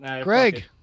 Greg